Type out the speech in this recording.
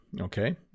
okay